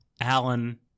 Alan